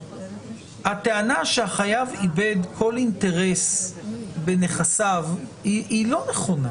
הטענה החייב איבד כל אינטרס בנכסיו היא לא נכונה.